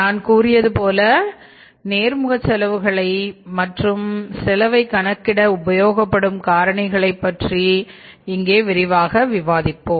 நான் கூறியதுபோல நேர்முக செலவுகளை மற்றும் செலவை கணக்கிட உபயோகப்படும் காரணிகளை பற்றியும் இங்கே விரிவாக விவாதிப்போம்